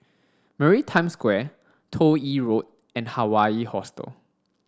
Maritime Square Toh Yi Road and Hawaii Hostel